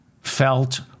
felt